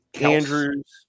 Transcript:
Andrews